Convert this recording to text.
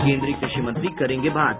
केन्द्रीय कृषि मंत्री करेंगे बात